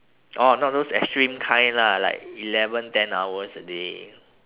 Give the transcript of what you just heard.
oh not those extreme kind lah like eleven ten hours a day